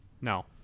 No